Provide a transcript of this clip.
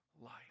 life